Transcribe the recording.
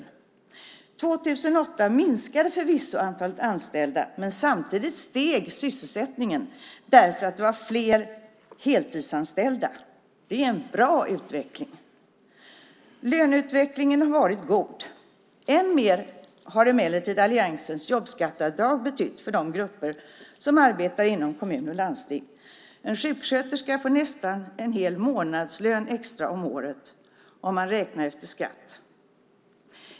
År 2008 minskade förvisso antalet anställda, men samtidigt steg sysselsättningen därför att det var fler heltidsanställda. Det är en bra utveckling. Löneutvecklingen har varit god. Än mer har emellertid alliansens jobbskatteavdrag betytt för de grupper som arbetar inom kommun och landsting. En sjuksköterska får nästan en hel månadslön extra om året, om man räknar efter skatt.